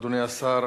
אדוני השר.